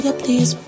please